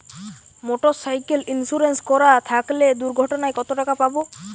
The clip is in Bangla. মোটরসাইকেল ইন্সুরেন্স করা থাকলে দুঃঘটনায় কতটাকা পাব?